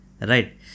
right